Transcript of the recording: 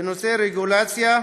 בנושא רגולציה,